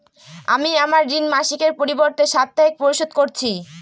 আমি আমার ঋণ মাসিকের পরিবর্তে সাপ্তাহিক পরিশোধ করছি